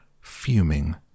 fuming